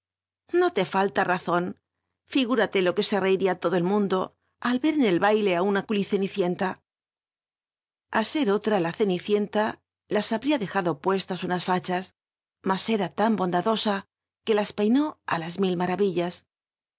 no te falta razón figúrate lo que se reiría todo el mundo al tr t n el baile a una cnlil'e nit itnla ce otra la nuirirnlo las habria dtjndu pne la unas fatha mas tra tan hon lad u a c uc las lcinu a las mil maravillas